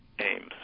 aims